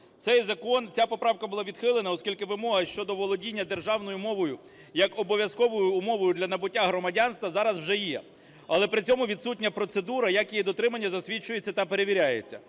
ця поправка була відхилена, оскільки вимога щодо володіння державною мовою як обов'язковою умовою для набуття громадянства зараз вже є, але при цьому відсутня процедура, як її дотримання засвідчується та перевіряється.